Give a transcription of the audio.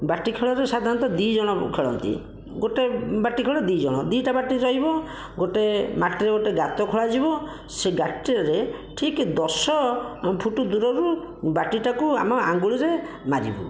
ବାଟି ଖେଳରେ ସାଧାରଣତଃ ଦୁଇଜଣ ଖେଳନ୍ତି ଗୋଟିଏ ବାଟି ଖେଳରେ ଦୁଇଜଣ ଦୁଇଟା ବାଟି ରହିବ ଗୋଟିଏ ମାଟିରେ ଗୋଟିଏ ଗାତ ଖୋଳାଯିବ ସେ ଗାତରେ ଠିକ ଦଶ ଫୁଟ ଦୂରରୁ ବାଟିଟାକୁ ଆମେ ଆଙ୍ଗୁଳିରେ ମାରିବୁ